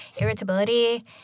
irritability